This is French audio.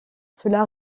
cela